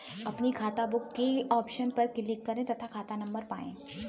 अपनी खाताबुक के ऑप्शन पर क्लिक करें तथा खाता नंबर पाएं